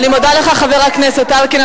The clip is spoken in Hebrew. אלקין,